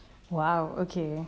!wow! okay